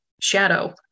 shadow